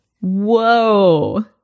Whoa